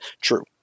True